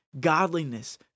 godliness